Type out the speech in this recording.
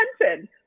attention